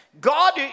God